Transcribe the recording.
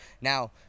Now